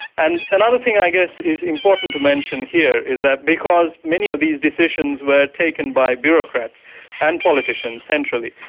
and another thing i guess is important to mention here is that because many of these decisions were taken by bureaucrats and politicians centrally,